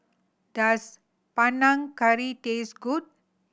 does Panang Curry taste good